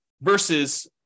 versus